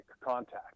contact